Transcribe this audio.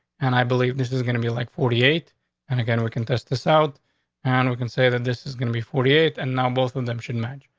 and i believe this is gonna be, like, forty eight and again, we contest this out and we can say that this is gonna be forty eight and now both of them should match.